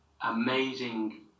amazing